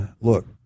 look